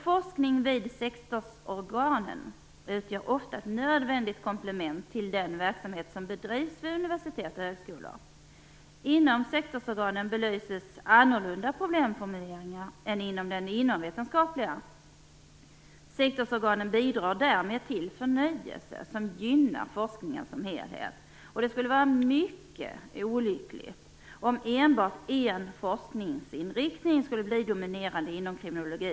Forskning vid sektorsorganen utgör ofta ett nödvändigt komplement till den verksamhet som bedrivs vid universitet och högskolor. Inom sektorsorganen belyses annorlunda problemformuleringar än inom de inomvetenskapliga. Sektorsorganen bidrar därmed till en förnyelse som gynnar forskningen som helhet. Det skulle vara mycket olyckligt om enbart en forskningsinriktning blev dominerande inom kriminologin.